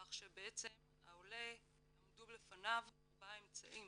כך שיעמדו בפני העולה ארבעה אמצעים